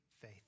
faith